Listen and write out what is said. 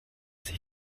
sich